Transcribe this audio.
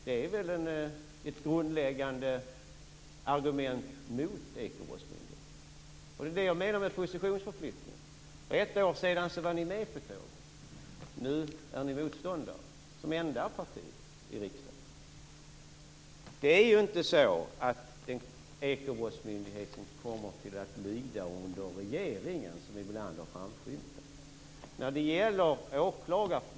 Det är väl ett grundläggande argument mot Ekobrottsmyndigheten. Det är det jag menar med positionsförflyttning. För ett år sedan var ni med på tåget. Nu är ni motståndare, som enda parti i riksdagen. Det är inte så att Ekobrottsmyndigheten kommer att lyda under regeringen, som ibland har framskymtat.